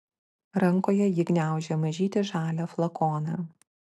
rankoje ji gniaužė mažytį žalią flakoną